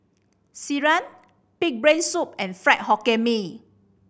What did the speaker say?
sireh pig brain soup and Fried Hokkien Mee